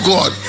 God